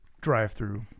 drive-through